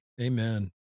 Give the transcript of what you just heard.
Amen